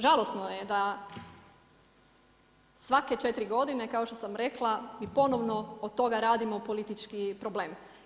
Žalosno je da svake 4 godine kao što sam rekla, mi ponovno od toga radimo politički problem.